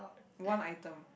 one item